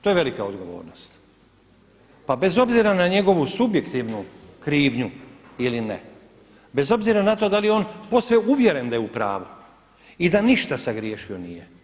To je velika odgovornost, pa bez obzira na njegovu subjektivnu krivnju ili ne, bez obzira na to je li on posve uvjeren da je u pravu i da ništa sagriješio nije.